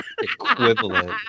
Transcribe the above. equivalent